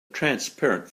transparent